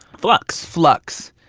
flux. flux.